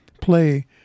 play